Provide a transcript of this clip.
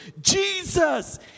Jesus